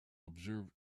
observe